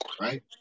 right